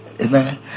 Amen